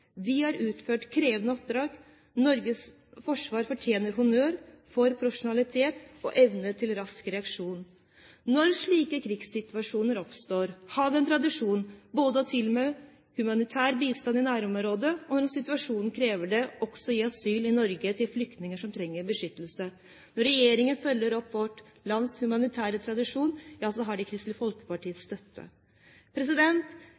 De har utført krevende oppdrag. Norges forsvar fortjener honnør for profesjonalitet og evne til rask reaksjon. Når slike krigssituasjoner oppstår, har vi en tradisjon for både å tilby humanitær bistand i nærområdet, og når situasjonen krever det, også å gi asyl i Norge til flyktninger som trenger beskyttelse. Når regjeringen følger opp vårt lands humanitære tradisjon, har den Kristelig